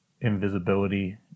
invisibility